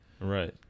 Right